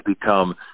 become